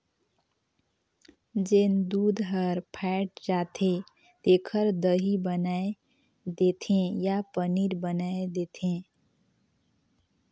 जेन दूद हर फ़ायट जाथे तेखर दही बनाय देथे या पनीर बनाय देथे